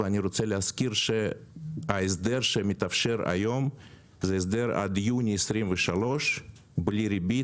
ואני רוצה להזכיר שההסדר שמתאפשר היום זה הסדר עד יוני 23 בלי ריבית,